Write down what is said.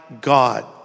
God